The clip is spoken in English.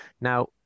now